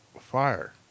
fire